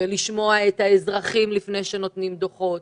ולשמוע את האזרחים לפני שנותנים דוחות,